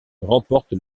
remporte